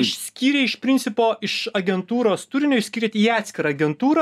išskyrei iš principo iš agentūros turinio išskyrėt į atskirą agentūrą